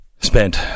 spent